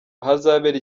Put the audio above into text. ahazabera